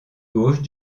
gauche